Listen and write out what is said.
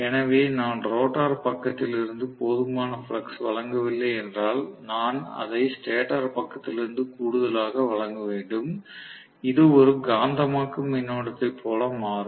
எனவே நான் ரோட்டார் பக்கத்தில் இருந்து போதுமான ஃப்ளக்ஸ் வழங்கவில்லை என்றால் நான் அதை ஸ்டேட்டர் பக்கத்திலிருந்து கூடுதலாக வழங்க வேண்டும் இது ஒரு காந்தமாக்கும் மின்னோட்டத்தைப் போல மாறும்